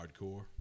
hardcore